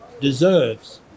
deserves